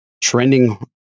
trending